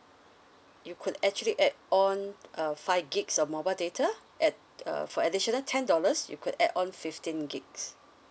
you could actually add on uh five gigs of mobile data at err for additional ten dollars you could add on fifteen gigs